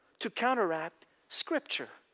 to counteract scripture.